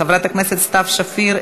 חברת הכנסת סתיו שפיר,